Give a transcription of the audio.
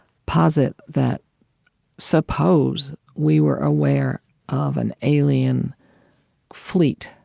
posit that suppose we were aware of an alien fleet,